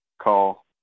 call